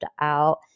out